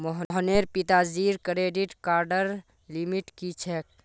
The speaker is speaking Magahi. मोहनेर पिताजीर क्रेडिट कार्डर लिमिट की छेक